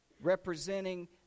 Representing